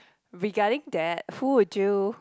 regarding that who would you